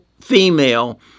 female